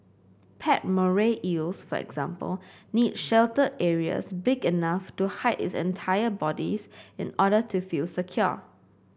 pet moray eels for example need sheltered areas big enough to hide its entire bodies in order to feel secure